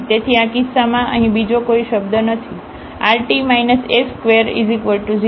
તેથી આ કિસ્સામાં અહીં બીજો કોઈ શબ્દ નથી rt s20